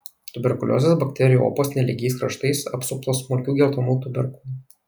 tuberkuliozės bakterijų opos nelygiais kraštais apsuptos smulkių geltonų tuberkulų